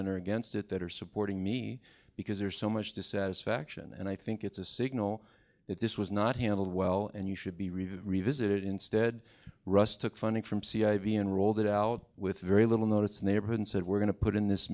in or against it that are supporting me because there's so much dissatisfaction and i think it's a signal that this was not handled well and you should be really revisit it instead russ took funding from c i v and rolled it out with very little notice neighborhood and said we're going to put in this